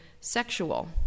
sexual